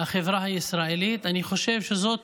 מהחברה הישראלית, אני חושב שזאת